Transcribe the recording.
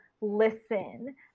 listen